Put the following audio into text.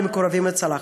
למקורבים לצלחת.